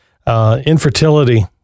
Infertility